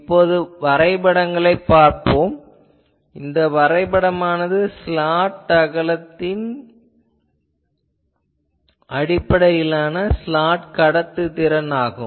இப்போது வரைபடங்களைக் காணலாம் இந்த வரைபடமானது ஸ்லாட் அகலத்தின் அடிப்படையிலான ஸ்லாட் கடத்துதிறன் ஆகும்